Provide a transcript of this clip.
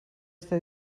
està